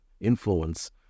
influence